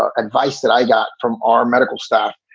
ah advice that i got from our medical staff,